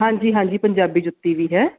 ਹਾਂਜੀ ਹਾਂਜੀ ਪੰਜਾਬੀ ਜੁੱਤੀ ਵੀ ਹੈ